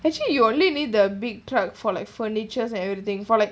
actually you only need the big truck for like furnitures and everything for like